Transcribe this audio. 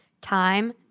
time